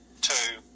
Two